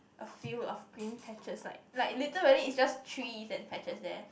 a field of green patches like like literally it's just trees and patches there